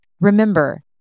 remember